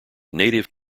native